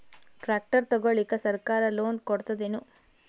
Tractor ತಗೊಳಿಕ ಸರ್ಕಾರ loan ಕೊಡತದೇನು?